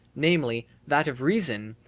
namely, that of reason,